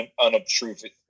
unobtrusive